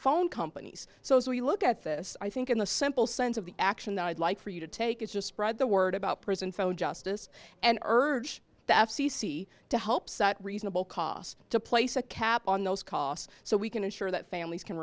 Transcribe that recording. phone companies so as we look at this i think in the simple sense of the action i'd like for you to take it's just spread the word about prison so justice and urge the f c c to help set reasonable costs to place a cap on those costs so we can ensure that families can